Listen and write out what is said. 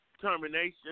termination